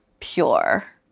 pure